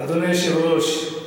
אדוני היושב-ראש,